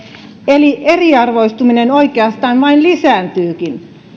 eli eriarvoistuminen oikeastaan vain lisääntyykin